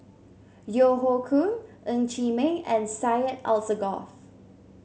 Yeo Hoe Koon Ng Chee Meng and Syed Alsagoff